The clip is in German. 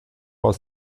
aus